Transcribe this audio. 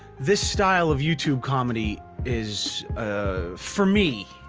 this style of youtube comedy is ah for me